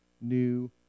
new